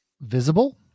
visible